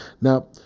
Now